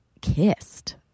kissed